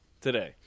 today